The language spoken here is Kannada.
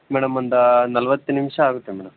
ಮೇಡಮ್ ದು ನಲವತ್ತು ನಿಮಿಷ ಆಗುತ್ತೆ ಮೇಡಮ್